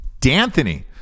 D'Anthony